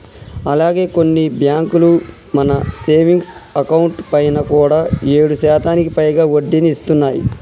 అలాగే కొన్ని బ్యాంకులు మన సేవింగ్స్ అకౌంట్ పైన కూడా ఏడు శాతానికి పైగా వడ్డీని ఇస్తున్నాయి